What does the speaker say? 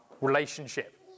relationship